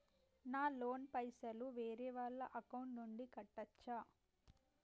నా లోన్ పైసలు వేరే వాళ్ల అకౌంట్ నుండి కట్టచ్చా?